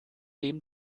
dem